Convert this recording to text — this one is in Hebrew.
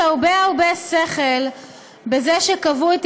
בחירות מקדימות במפלגות והתמודדות פתוחה לקביעת